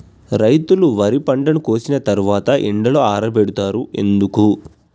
రైతులు వరి పంటను కోసిన తర్వాత ఎండలో ఆరబెడుతరు ఎందుకు?